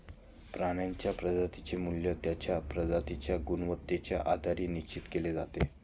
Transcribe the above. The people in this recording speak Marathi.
प्राण्यांच्या प्रजातींचे मूल्य त्यांच्या प्रजातींच्या गुणवत्तेच्या आधारे निश्चित केले जाते